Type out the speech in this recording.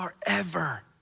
forever